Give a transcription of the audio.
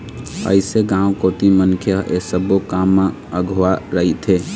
अइसे गाँव कोती मनखे ह ऐ सब्बो काम म अघुवा रहिथे